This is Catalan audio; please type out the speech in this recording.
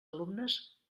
alumnes